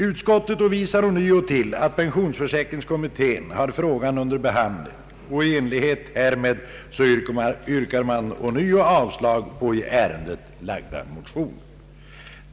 Utskottet hänvisar ånyo till att pensionsförsäkringskommittén har frågan under behandling, och i enlighet härmed yrkar utskottet ånyo avslag på i ärendet framlagda motioner.